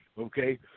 okay